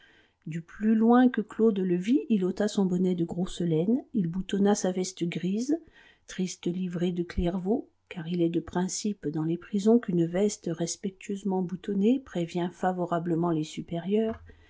du plus loin que claude le vit il ôta son bonnet de grosse laine il boutonna sa veste grise triste livrée de clairvaux car il est de principe dans les prisons qu'une veste respectueusement boutonnée prévient favorablement les supérieurs